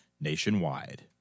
nationwide